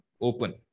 open